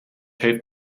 heeft